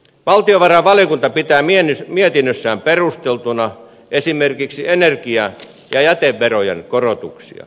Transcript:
valtiovarainvaliokunta pitää mietinnössään perusteltuina esimerkiksi energia ja jäteverojen korotuksia